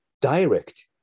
direct